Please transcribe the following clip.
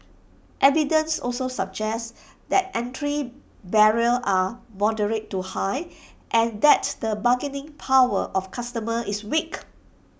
evidence also suggests that entry barriers are moderate to high and that the bargaining power of customers is weak